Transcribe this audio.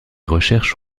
recherches